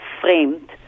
framed